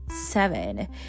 seven